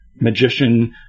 magician